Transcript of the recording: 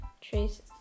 Trace